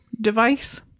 device